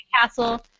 Castle